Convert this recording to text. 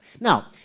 Now